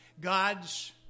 God's